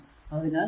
അതിനാൽ 2